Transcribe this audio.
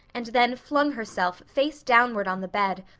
and then flung herself face downward on the bed,